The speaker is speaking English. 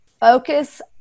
focus